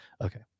Okay